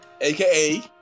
aka